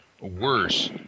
worse